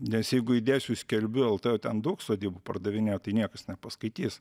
nes jeigu įdėsiu į skelbiu lt o ten daug sodybų pardavinėjo tai niekas nepaskaitys